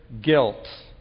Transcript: guilt